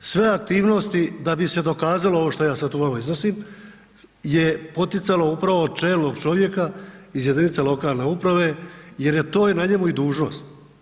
Sve aktivnosti, da bi se dokazalo ovo što ja sad tu vama iznosim je poticalo upravo čelnog čovjeka iz jedinice lokalne uprave jer je to i na njemu i dužnosti.